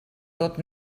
tot